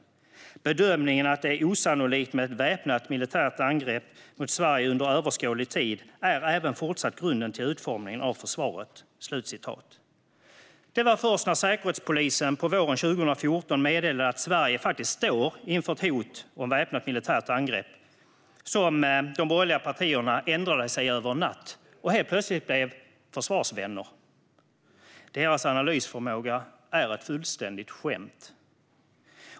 Hon sa också: "Bedömningen att det är osannolikt med ett väpnat militärt angrepp mot Sverige under överskådlig tid är även fortsatt grunden för utformningen av försvaret." Det var först när Säkerhetspolisen på våren 2014 meddelade att Sverige faktiskt står inför ett hot om väpnat militärt angrepp som de borgerliga partierna ändrade sig över en natt och helt plötsligt blev försvarsvänner. Deras analysförmåga är ett fullständigt skämt.